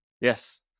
Yes